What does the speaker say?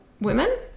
women